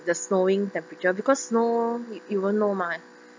the snowing temperature because snow even though my